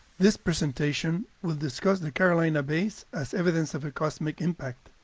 this presentation will discuss the carolina bays as evidence of a cosmic impact,